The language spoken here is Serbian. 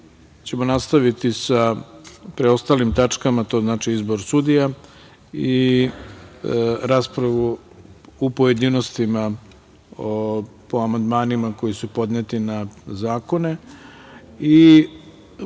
ćemo nastaviti sa preostalim tačkama. To znači izbor sudija i raspravu u pojedinostima, po amandmanima koji su podneti na zakone.